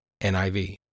NIV